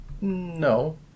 No